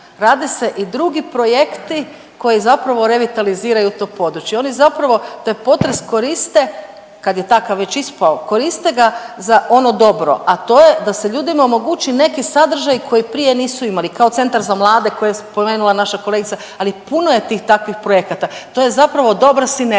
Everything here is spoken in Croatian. rade se i drugi projekti koji zapravo revitaliziraju to područje. Oni zapravo taj potres koriste, kad je takav već ispao, koriste ga za ono dobro, a to je da se ljudima omoguće neki sadržaji koje prije nisu imali, kao centar za mlade koje je spomenula naša kolegica, ali puno je tih takvih projekata. To je zapravo dobra sinergija.